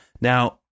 Now